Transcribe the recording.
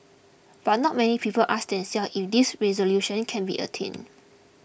but not many people ask themselves if these resolutions can be attained